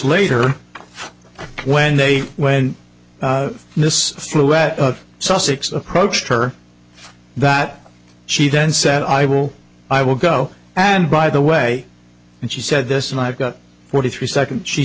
later when they when this flew at sussex approached her that she then said i will i will go and buy the way and she said this and i've got forty three seconds she